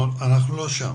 אנחנו לא שם.